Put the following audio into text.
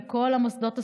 וכל המוסדות הסטטוטוריים.